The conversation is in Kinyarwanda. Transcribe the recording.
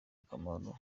akamaro